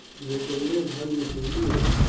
and that they live hundreds of years.